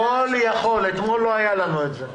לא היה לנו את זה אתמול.